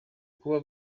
kuba